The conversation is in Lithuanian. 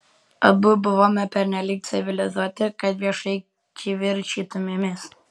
abu buvome pernelyg civilizuoti kad viešai kivirčytumėmės